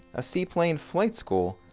a seaplane flight school,